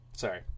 Sorry